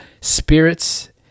spirits